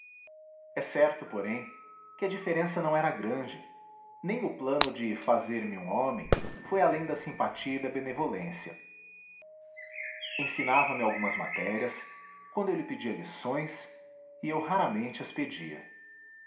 é certo porém que a diferença não era grande nem o plano de fazer-me um homem foi além da simpatia e da benevolência ensinava me algumas matérias quando eu lhe pedia lições e eu raramente